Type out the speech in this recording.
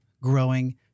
growing